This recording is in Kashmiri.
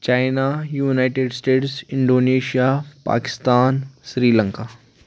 China United States Indonesia Pakistan Sri Lanka